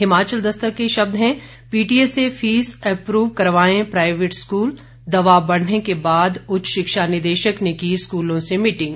हिमाचल दस्तक के शब्द हैं पीटीए से फीस अप्रव करवाएं प्राइवेट स्कूल दबाव बढ़ने के बाद उच्च शिक्षा निदेशक ने की स्कूलों से मीटिंग